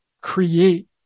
create